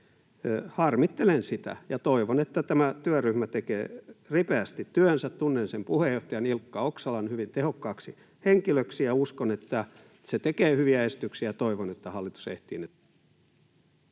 Harmittelen sitä ja toivon, että tämä työryhmä tekee ripeästi työnsä. Tunnen sen puheenjohtajan, Ilkka Oksalan, hyvin tehokkaaksi henkilöksi ja uskon, että se tekee hyviä esityksiä, ja toivon, että hallitus ehtii ne